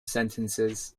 sentences